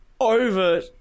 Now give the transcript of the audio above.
over